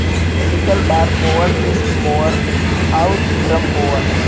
sickle bar mower, disc mower आउर drum mower